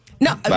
No